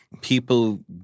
people